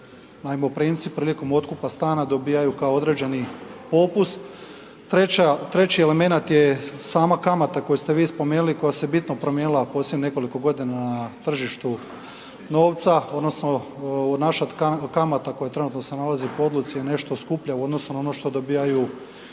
najmoprimci prilikom otkupa stana dobivaju kao određeni popust, treći element je sama kamata koju ste vi spomenuli, koja se bitno promijenila u posljednjih nekoliko godina na tržištu novca odnosno naša kamata koja se trenutno se nalazi po odluci je nešto skuplja u odnosu na ono što dobivaju